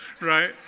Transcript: right